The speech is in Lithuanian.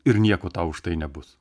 ir nieko tau už tai nebus